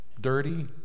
dirty